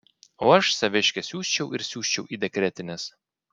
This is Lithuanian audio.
o aš saviškę siųsčiau ir siųsčiau į dekretines